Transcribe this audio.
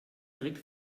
direkt